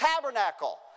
tabernacle